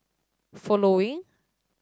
following